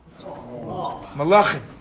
Malachim